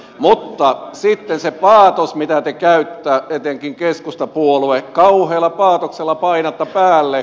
mutta sitten se paatos mitä te käytätte etenkin keskustapuolue kauhealla paatoksella painatte päälle